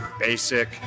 basic